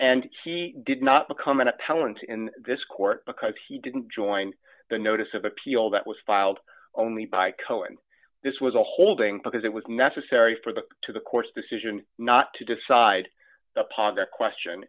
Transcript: and he did not become an appellant in this court because he didn't join the notice of appeal that was filed only by cohen this was a holding because it was necessary for the to the court's decision not to decide upon the question